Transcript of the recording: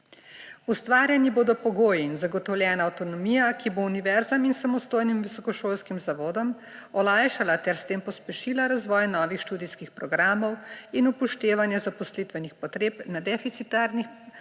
Ustvarjeni bodo pogoji in zagotovljena avtonomija, ki bo univerzam in samostojnim visokošolskim zavodom olajšala ter s tem pospešila razvoj novih študijskih programov in upoštevanje zaposlitvenih potreb na deficitarnih